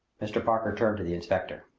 mr. parker turned to the inspector.